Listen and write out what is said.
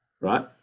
right